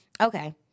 okay